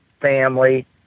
family